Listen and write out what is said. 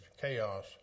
chaos